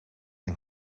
een